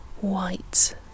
white